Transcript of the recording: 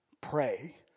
Pray